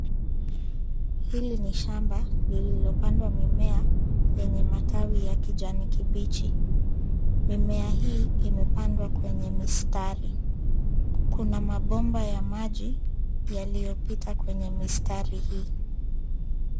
Hili ni shamba lililopandwa mimea yenye matawi ya kijani kibichi. Mimea hii imepandwa kwenye mistari. Kuna mabomba ya maji yaliyopita kwenye mistari hii.